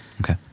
Okay